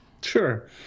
Sure